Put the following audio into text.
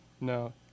No